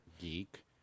geek